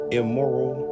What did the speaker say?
immoral